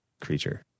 creature